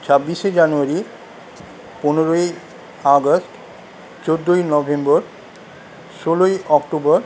ছাব্বিশে জানুয়ারি পনেরোই আগস্ট চোদ্দোই নভেম্বর ষোলোই অক্টোবর